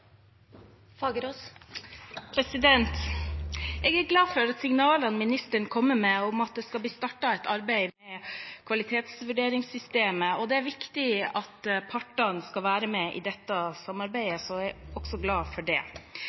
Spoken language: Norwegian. glad for signalene statsråden kommer med, om at det skal bli startet et arbeid med kvalitetsvurderingssystemet. Det er viktig at partene skal være med i dette samarbeidet, jeg er glad for det